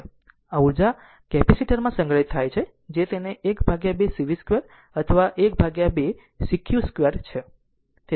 આ ઉર્જા કેપેસિટર માં સંગ્રહિત છે જે તે છે જેને 12 cv 2 અથવા 12 c q 2 છે